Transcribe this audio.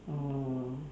oh